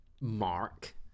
Mark